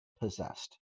possessed